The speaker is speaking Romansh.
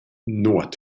nuot